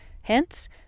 Hence